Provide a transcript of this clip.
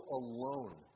alone